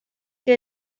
que